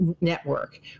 network